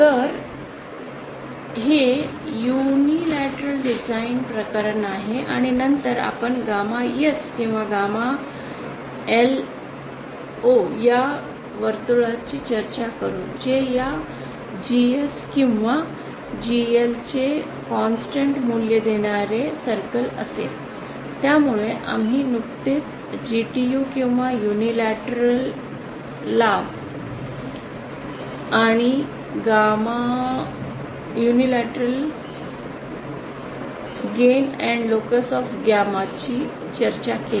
तर हे युनिल्याटरलडिझाईन प्रकरण आहे आणि नंतर आपण गमा एस किंवा गॅमा एलच्या या वर्तुळाची चर्चा करू जे या जीएस किंवा जीएल चे सतत मूल्य देणारे वर्तुळ असेल त्यामुळे आम्ही नुकतेच जीटीयू किंवा युनिल्याटरल लाभ आणि गॅममा मूल्यां ची चर्चा केली